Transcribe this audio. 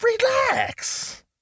relax